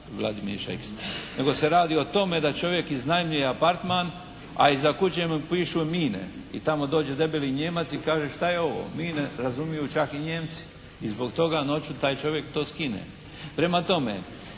Vladimir Šeks, nego se radi o tome da čovjek iznajmljuje apartman a iza kuće mu pišu mine. I tamo dođe debeli Nijemac i kaže, šta je ovo? Mine, razumiju čak i Nijemci. I zbog toga noću taj čovjek to skine. Prema tome,